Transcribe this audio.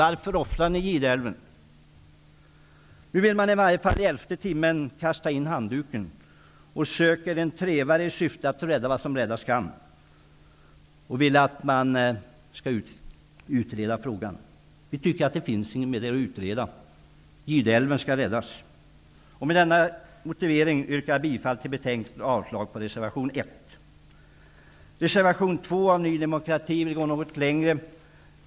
Varför offrar ni Nu vill man i elfte timmen kasta in handduken, och man gör en trevare i syfte att rädda vad som räddas kan. Nu vill man att frågan skall utredas. Vi tycker att det inte finns mer att utreda. Med denna motivering yrkar jag bifall till hemställan i betänkandet och avslag på reservation I reservation 2 av Ny demokrati vill man gå något längre.